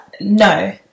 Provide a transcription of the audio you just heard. No